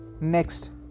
Next